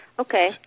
Okay